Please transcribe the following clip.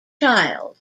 child